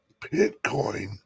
Bitcoin